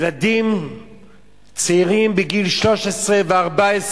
ילדים צעירים בגיל 13 ו-14,